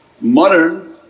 modern